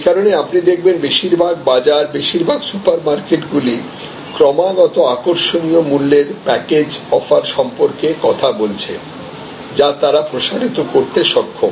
সেই কারণেই আপনি দেখবেন বেশিরভাগ বাজার বেশিরভাগ সুপার মার্কেটগুলি ক্রমাগত আকর্ষণীয় মূল্যের প্যাকেজ অফার সম্পর্কে কথা বলছে যা তারা প্রসারিত করতে সক্ষম